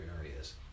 areas